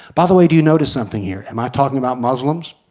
by the way do you notice something here? am i talking about muslims?